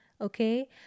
Okay